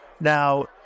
Now